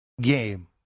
game